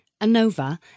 ANOVA